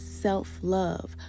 self-love